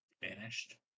finished